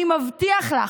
אני מבטיח לך,